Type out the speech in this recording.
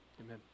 Amen